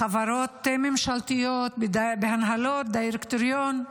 בחברות ממשלתיות, בהנהלות, בדירקטוריון.